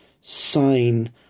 sign